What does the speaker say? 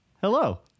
Hello